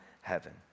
heaven